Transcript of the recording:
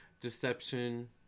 deception